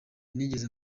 nigeze